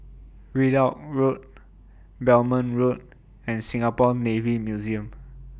Ridout Road Belmont Road and Singapore Navy Museum